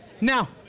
Now